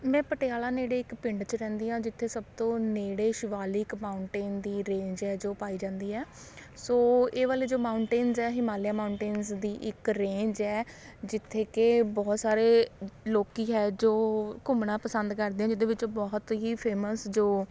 ਮੈਂ ਪਟਿਆਲਾ ਨੇੜੇ ਇੱਕ ਪਿੰਡ 'ਚ ਰਹਿੰਦੀ ਹਾਂ ਜਿੱਥੇ ਸਭ ਤੋਂ ਨੇੜੇ ਸ਼ਿਵਾਲਿਕ ਮਾਊਂਨਟੇਨ ਦੀ ਰੇਂਜ ਹੈ ਜੋ ਪਾਈ ਜਾਂਦੀ ਹੈ ਸੋ ਇਹ ਵਾਲੇ ਜੋ ਮਾਊਂਟੇਨਸ ਹੈ ਹਿਮਾਲਿਆ ਮਾਊਂਟੇਨਸ ਦੀ ਇੱਕ ਰੇਂਜ ਹੈ ਜਿੱਥੇ ਕਿ ਬਹੁਤ ਸਾਰੇ ਲੋਕ ਹੈ ਜੋ ਘੁੰਮਣਾ ਪਸੰਦ ਕਰਦੇ ਜਿਹਦੇ ਵਿੱਚੋਂ ਬਹੁਤ ਹੀ ਫੇਮਸ ਜੋ